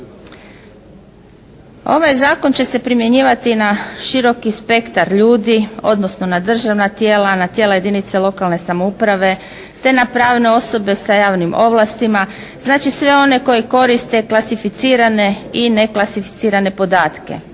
Ovaj zakon će se primjenjivati na široki spektar ljudi, odnosno na državna tijela, na tijela jedinica lokalne samouprave te na pravne osobe sa javnim ovlastima. Znači, na sve one koji koriste klasificirane i neklasificirane podatke,